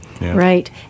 Right